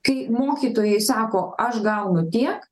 kai mokytojai sako aš gaunu tiek